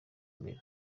mbere